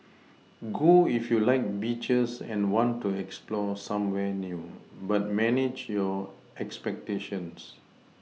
go if you like beaches and want to explore somewhere new but manage your expectations